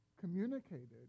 communicated